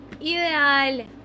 Ideal